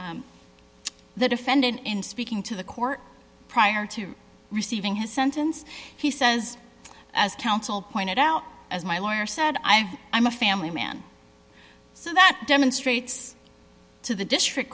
the defendant in speaking to the court prior to receiving his sentence he says as counsel pointed out as my lawyer said i am i'm a family man so that demonstrates to the district